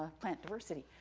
plant diversity.